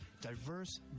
diverse